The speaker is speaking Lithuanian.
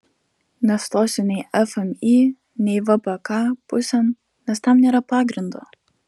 nestosiu nei fmį nei vpk pusėn nes tam nėra pagrindo